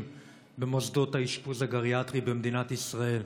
במוסדות האשפוז הגריאטרי במדינת ישראל.